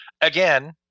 again